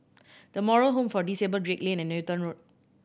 The Moral Home for Disabled Drake Lane and Newton Road